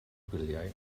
gwyliau